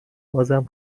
بازم